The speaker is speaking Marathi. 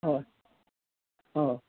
हो हो